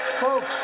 folks